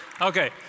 Okay